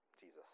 Jesus